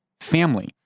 family